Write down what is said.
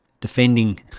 defending